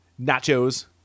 nachos